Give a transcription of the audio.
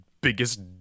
biggest